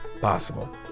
possible